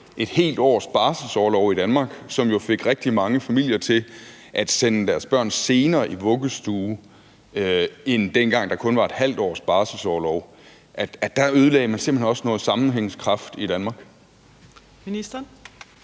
et helt års barselsorlov i Danmark, som jo fik rigtig mange familier til at sende deres børn senere i vuggestue, end dengang der kun var et halvt års barselsorlov, simpelt hen også ødelagde noget sammenhængskraft i Danmark?